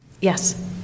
Yes